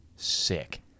Sick